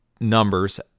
numbers